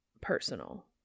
personal